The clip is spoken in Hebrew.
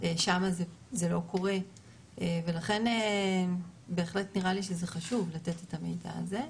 שמה זה לא קורה ולכן בהחלט נראה לי שזה חשוב לתת את המידע הזה.